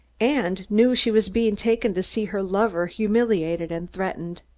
and knew she was being taken to see her lover humiliated and threatened.